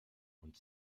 und